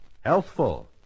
Healthful